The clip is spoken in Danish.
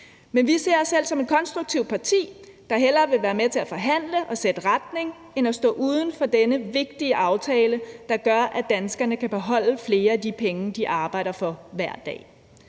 den. Vi ser os selv som et konstruktivt parti, der hellere vil være med til at forhandle og sætte retning end at stå udenfor denne vigtige aftale, der gør, at danskerne kan beholde flere af de penge, de arbejder for hver dag.